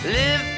Live